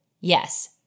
Yes